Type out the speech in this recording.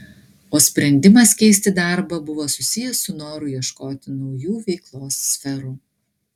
o sprendimas keisti darbą buvo susijęs su noru ieškoti naujų veiklos sferų